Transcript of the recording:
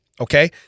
Okay